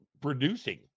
producing